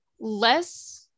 less